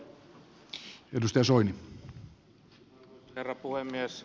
arvoisa herra puhemies